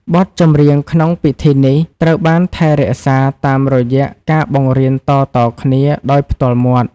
បទចម្រៀងក្នុងពិធីនេះ ត្រូវបានថែរក្សាតាមរយៈការបង្រៀនតៗគ្នាដោយផ្ទាល់មាត់។